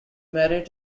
married